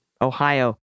Ohio